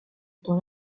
dans